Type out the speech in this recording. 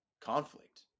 conflict